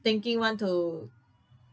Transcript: thinking want to